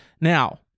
Now